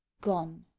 gone